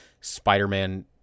Spider-Man